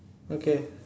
okay